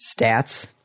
stats